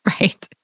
Right